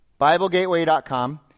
BibleGateway.com